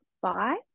five